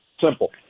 simple